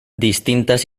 distintas